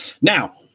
Now